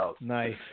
Nice